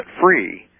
free